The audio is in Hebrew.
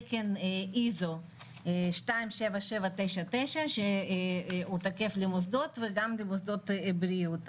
תקן איזו 27799 שהוא תקף למוסדות וגם למוסדות בריאות.